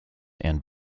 and